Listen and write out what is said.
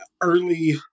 Early